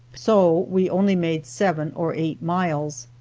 so we only made seven or eight miles.